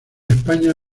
españa